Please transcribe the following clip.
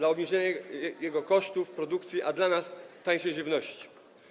To obniżenie jego kosztów produkcji, a dla nas tańsza żywność.